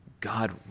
God